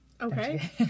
okay